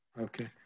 Okay